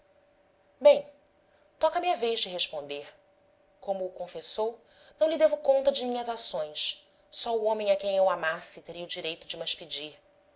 bem toca me a vez de responder como o confessou não lhe devo conta de minhas ações só o homem a quem eu amasse teria o direito de mas pedir